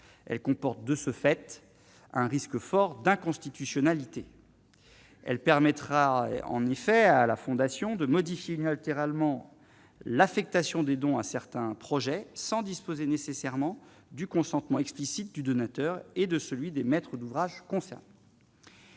elle comporte de ce fait un risque fort d'inconstitutionnalité, elle permettra en effet à la fondation de modifier unilatéralement l'affectation des dons à certains projets sans disposer nécessairement du consentement explicite du donateur, et de celui des maîtres d'ouvrage concert.